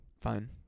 Fine